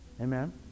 Amen